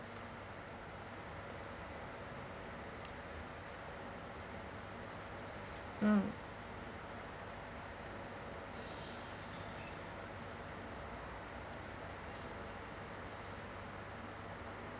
mm